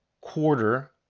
quarter